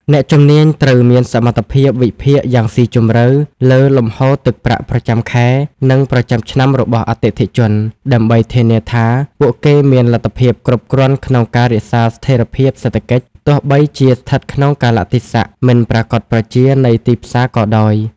អ្នកជំនាញត្រូវមានសមត្ថភាពវិភាគយ៉ាងស៊ីជម្រៅលើលំហូរទឹកប្រាក់ប្រចាំខែ និងប្រចាំឆ្នាំរបស់អតិថិជន ដើម្បីធានាថាពួកគេមានលទ្ធភាពគ្រប់គ្រាន់ក្នុងការរក្សាស្ថិរភាពសេដ្ឋកិច្ច ទោះបីជាស្ថិតក្នុងកាលៈទេសៈមិនប្រាកដប្រជានៃទីផ្សារក៏ដោយ។